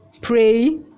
pray